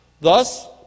Thus